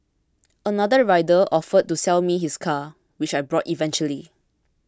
another rider offered to sell me his car which I bought eventually